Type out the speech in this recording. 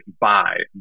buy